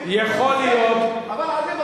אבל ערבים,